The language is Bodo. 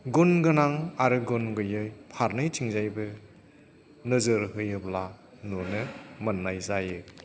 गुन गोनां आरो गुन गैयै फारनैथिंजायबो नोजोर होयोब्ला नुनो मोननाय जायो